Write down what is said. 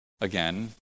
again